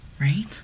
Right